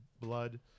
blood